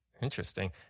interesting